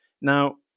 Now